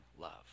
love